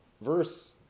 verse